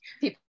people